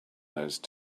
those